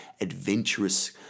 adventurous